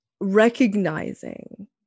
recognizing